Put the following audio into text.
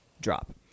drop